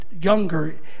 Younger